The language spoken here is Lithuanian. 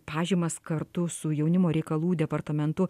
pažymas kartu su jaunimo reikalų departamentu